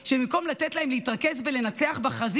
שבמקום לתת להם להתרכז ולנצח בחזית,